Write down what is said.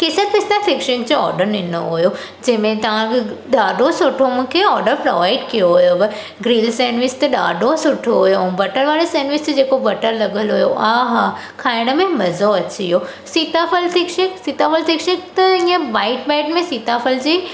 केसर पिस्ता जो thick shake जो ऑडर ॾिनो हुयो जंहिंमें तव्हां ग ॾाढो सुठो मूंखे ऑडर प्रोवाइड कयो हुयोव ग्रीन सेंडविच त ॾाढो सुठो हुयो बटर वारे सेंडविच ते जेका बटर लॻल हुयो आहे हा खाइण में मज़ो अची वियो सीताफल थिक शेक सीताफल थिक शेक त ईअं बाइट बाइट में सीताफल जी